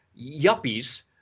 yuppies